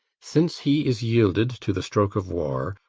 since he is yielded to the stroke of war,